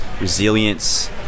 resilience